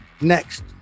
next